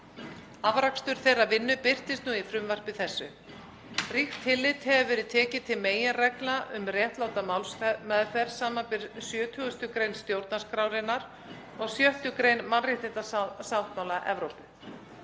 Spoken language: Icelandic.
Afrakstur þeirrar vinnu birtist nú í frumvarpi þessu. Ríkt tillit hefur verið tekið til meginreglna um réttláta málsmeðferð, samanber 70. gr. stjórnarskrárinnar og 6. gr. mannréttindasáttmála Evrópu.